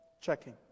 Checking